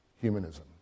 humanism